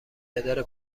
اداره